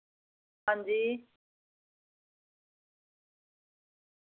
हां जी